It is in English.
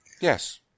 Yes